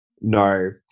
no